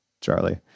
Charlie